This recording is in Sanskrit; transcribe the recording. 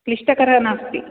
क्लिष्टकर नास्ति